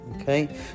okay